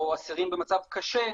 או אסירים במצב קשה,